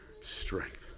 strength